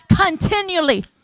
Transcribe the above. continually